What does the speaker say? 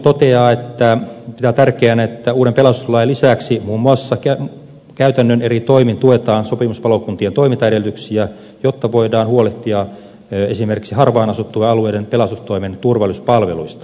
valiokunta pitää tärkeänä että uuden pelastuslain lisäksi muun muassa eri käytännön toimin tuetaan sopimuspalokuntien toimintaedellytyksiä jotta voidaan huolehtia esimerkiksi harvaan asuttujen alueiden pelastustoimen turvallisuuspalveluista